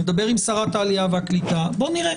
נדבר עם שרת העלייה והקליטה ונראה.